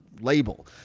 label